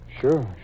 Sure